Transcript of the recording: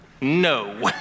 no